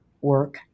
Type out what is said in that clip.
work